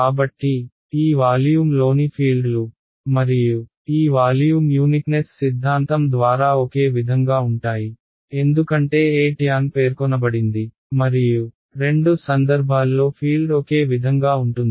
కాబట్టి ఈ వాల్యూమ్లోని ఫీల్డ్లు మరియు ఈ వాల్యూమ్ యూనిక్నెస్ సిద్ధాంతం ద్వారా ఒకే విధంగా ఉంటాయి ఎందుకంటే Etan పేర్కొనబడింది మరియు రెండు సందర్భాల్లో ఫీల్డ్ ఒకే విధంగా ఉంటుంది